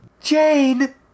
Jane